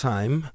Time